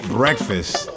breakfast